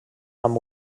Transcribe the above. amb